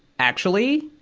actually,